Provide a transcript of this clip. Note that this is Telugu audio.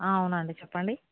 అవునండి చెప్పండి